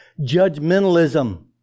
judgmentalism